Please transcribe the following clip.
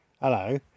Hello